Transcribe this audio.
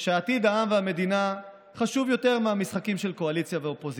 שעתיד העם והמדינה חשוב יותר מהמשחקים של קואליציה ואופוזיציה.